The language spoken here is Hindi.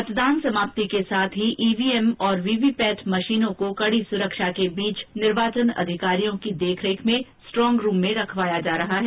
मतदान समाप्ति के साथ ही ईवीएम और वीवीपैट मशीनों को कडी सुरक्षा के बीच निर्वाचन अधिकारियों की देखरेख में स्ट्रॉग रूम में रखवाया जा रहा है